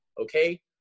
Okay